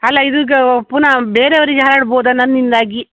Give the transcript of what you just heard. ಅಲ್ಲ ಇದು ಕ ಪುನಃ ಬೇರೆಯವರಿಗೆ ಹರಡ್ಬೋದ ನನ್ನಿಂದಾಗಿ